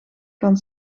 kan